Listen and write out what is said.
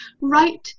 right